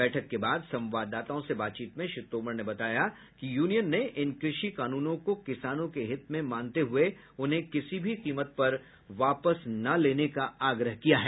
बैठक के बाद संवाददाताओं से बातचीत में श्री तोमर ने बताया कि यूनियन ने इन कृषि कानूनों को किसानों के हित में मानते हुए उन्हें किसी भी कीमत पर वापस न लेने का आग्रह किया है